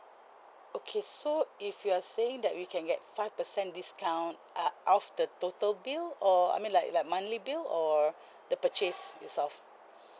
okay so if you're saying that we can get five percent discount uh off the total bill or I mean like like monthly bill or the purchase itself